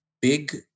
big